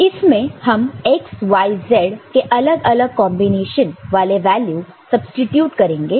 तो इसमें हम x y z के अलग अलग कॉन्बिनेशन वाले वैल्यू सब्सीट्यूट करेंगे